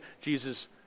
Jesus